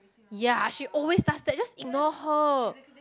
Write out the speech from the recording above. ya she always does that just ignore her